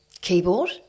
Keyboard